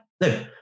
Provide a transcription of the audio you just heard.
no